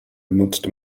genutzt